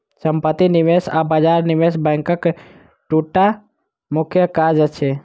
सम्पत्ति निवेश आ बजार निवेश बैंकक दूटा मुख्य काज अछि